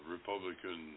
Republican